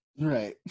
Right